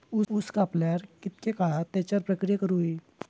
ऊस कापल्यार कितके काळात त्याच्यार प्रक्रिया करू होई?